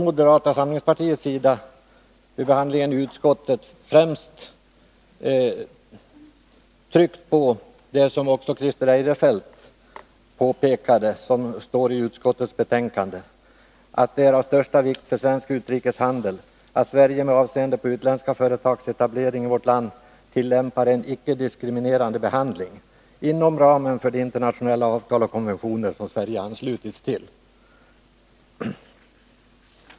Under utskottsbehandlingen tryckte vi moderater på det som Christer Eirefelt här påpekade och som också står i utskottsbetänkandet, nämligen att det är av största vikt för svensk utrikeshandel att Sverige med avseende på utländska företags etablering i vårt land tillämpar en icke diskriminerande behandling inom ramen för de internationella avtal och konventioner som Sverige har anslutit sig till.